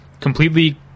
completely